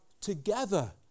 together